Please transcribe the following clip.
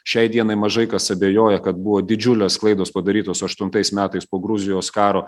šiai dienai mažai kas abejoja kad buvo didžiulės klaidos padarytos aštuntais metais po gruzijos karo